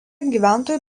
gyventojų